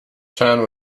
chan